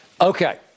Okay